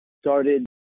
started